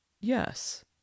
yes